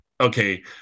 okay